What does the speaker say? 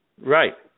Right